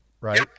Right